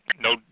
no